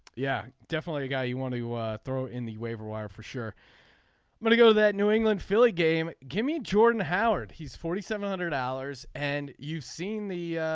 yeah definitely a guy you want to throw in the waiver wire for sure but to go that new england philly game give me jordan howard he's forty seven hundred dollars and you've seen the